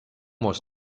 was